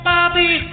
Bobby